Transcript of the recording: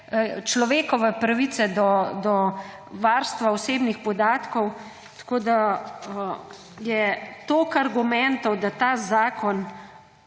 človekove pravice do varstva osebnih podatkov, tako da je toliko argumentov, da ta zakon